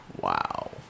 Wow